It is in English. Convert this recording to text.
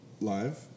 Live